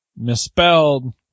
misspelled